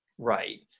Right